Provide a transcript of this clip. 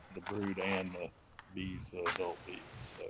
the brood. and the bees, the adult bees.